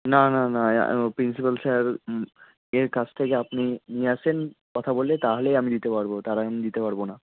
না না না প্রিন্সিপ্যাল স্যার এর কাছ থেকে আপনি নিয়ে আসুন কথা বলে তাহলেই আমি দিতে পারব তার আগে আমি দিতে পারব না